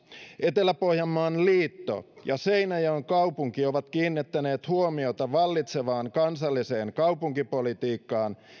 etelä pohjanmaan liitto ja seinäjoen kaupunki ovat kiinnittäneet huomiota vallitsevaan kansalliseen kaupunkipolitiikkaan